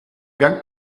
gang